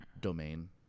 domain